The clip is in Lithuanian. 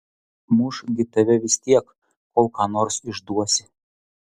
muš gi tave vis tiek kol ką nors išduosi